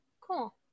Cool